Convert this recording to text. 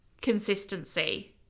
consistency